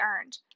earned